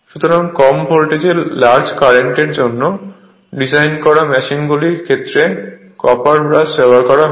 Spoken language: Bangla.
সুতরাং কম ভোল্টেজে লার্জ কারেন্ট এর জন্য ডিজাইন করা মেশিন গুলির ক্ষেত্রে কপার ব্রাশ ব্যবহার করা হয়